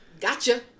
gotcha